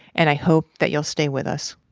and i hope that you'll stay with us.